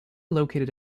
located